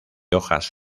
hojas